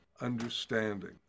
understanding